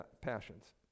Passions